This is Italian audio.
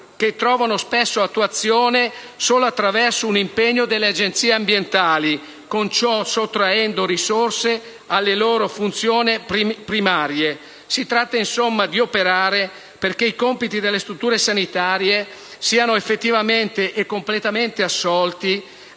che trovano spesso attuazione solo attraverso un impegno delle Agenzie per la protezione dell'ambiente, con ciò sottraendo risorse alle loro funzioni primarie. Si tratta, insomma, di operare perché i compiti delle strutture sanitarie siano effettivamente e completamente assolti,